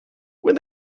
when